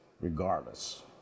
regardless